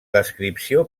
descripció